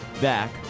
back